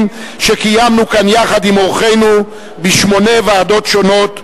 שקיימנו כאן יחד עם אורחינו בשמונה ועדות שונות,